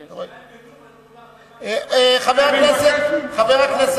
שאלה אם בלוב, חבר הכנסת.